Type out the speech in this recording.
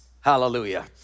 hallelujah